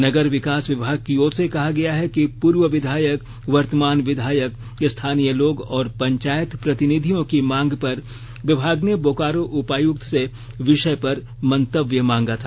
नगर विकास विभाग की ओर से कहा गया है कि पूर्व विधायक वर्तमान विधायक स्थानीय लोग और पंचायत प्रतिनिधियों की मांग पर विभाग ने बोकारो उपायुक्त से विषय पर मंतव्य मांगा था